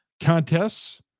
contests